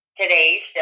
today